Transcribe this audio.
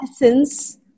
essence